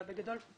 כרגע בגדול,